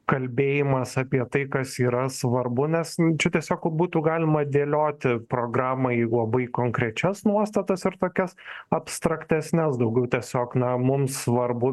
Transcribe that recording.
kalbėjimas apie tai kas yra svarbu nes čia tiesiog būtų galima dėlioti programą į labai konkrečias nuostatas ir tokias abstraktesnes daugiau tiesiog na mums svarbu